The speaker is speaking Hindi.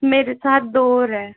मेरे साथ दो और हैं